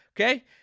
Okay